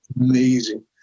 Amazing